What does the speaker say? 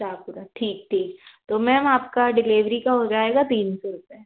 शाहपुरा ठीक ठीक तो मैम आपका डिलीवरी का हो जाएगा तीन सौ रुपये